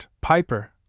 Piper